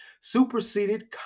superseded